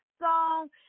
song